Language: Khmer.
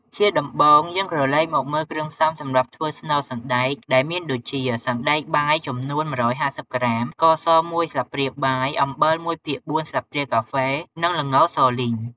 ជាដំបូង យើងក្រឡេកមកមើលគ្រឿងផ្សំសម្រាប់ធ្វើស្នូលសណ្ដែកដែលមានដូចជា សណ្ដែកបាយចំនួន ១៥០ក្រាម ស្ករស មួយស្លាបព្រាបាយ អំបិល ១ភាគ៤ ស្លាបព្រាកាហ្វេ និងល្ងសលីង។